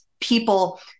people